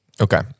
Okay